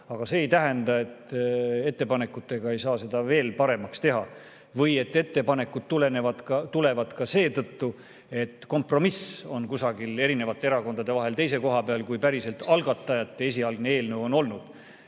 Aga see ei tähenda, et ettepanekutega ei saa seda veel paremaks teha või et ettepanekud tulevad ka seetõttu, et kompromiss on kusagil erakondade vahel teise koha peal, kui päriselt algatajate esialgne eelnõu on olnud.